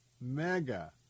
mega